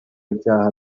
ibyaha